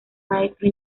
maestro